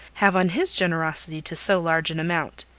have on his generosity to so large an amount.